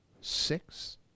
six